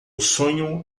sonho